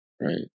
Right